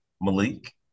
Malik